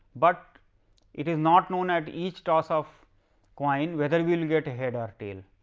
but it is not known at each toss of coin, whether we will get head or tail.